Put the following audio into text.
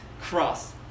cross